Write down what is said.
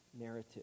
narrative